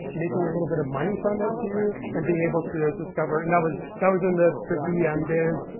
making a little bit of money from it, too, and being able to discover and that was that was in the the bm days,